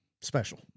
special